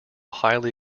highly